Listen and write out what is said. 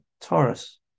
Taurus